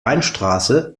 weinstraße